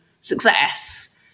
success